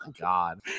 God